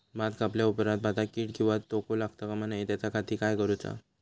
भात कापल्या ऑप्रात भाताक कीड किंवा तोको लगता काम नाय त्याच्या खाती काय करुचा?